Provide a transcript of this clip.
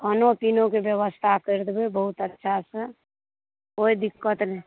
खानो पीनाके बेबस्था करि देबै बहुत अच्छा से कोइ दिक्कत नहि